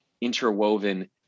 interwoven